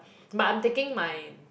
but I'm taking my